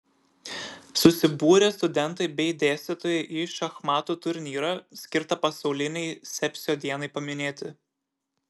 susibūrė studentai bei dėstytojai į šachmatų turnyrą skirtą pasaulinei sepsio dienai paminėti